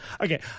Okay